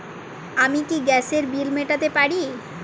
আমি কি গ্যাসের বিল মেটাতে পারি?